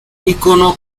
icono